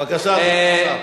אידיאולוגי, בבקשה, כבוד השר.